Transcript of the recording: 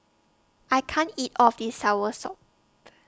I can't eat All of This Soursop